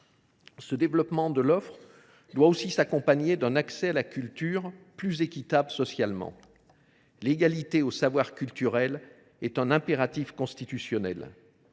Ce développement de l’offre doit aussi s’accompagner d’un accès à la culture socialement plus équitable. L’égalité d’accès au savoir culturel est un impératif constitutionnel.